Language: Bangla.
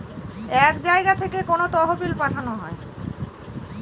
এক জায়গা থেকে কোনো তহবিল পাঠানো হয়